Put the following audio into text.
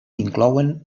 inclouen